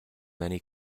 many